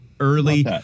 early